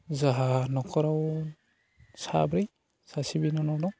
जाहा न'खराव साब्रै सासे बिनानव दं